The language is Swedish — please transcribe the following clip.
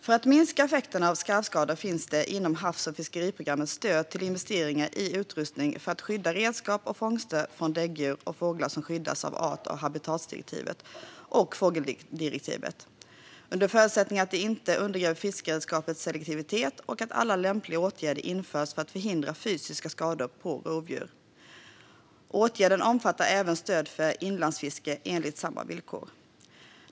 För att minska effekterna av skarvskadorna finns det inom havs och fiskeriprogrammet stöd till investeringar i utrustning för att skydda redskap och fångster från däggdjur och fåglar som skyddas av art och habitatdirektivet och fågeldirektivet, under förutsättning att det inte undergräver fiskeredskapens selektivitet och att alla lämpliga åtgärder införs för att förhindra fysiska skador på rovdjur. Åtgärden omfattar även stöd för inlandsfiske enligt samma villkor.